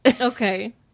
okay